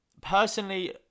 personally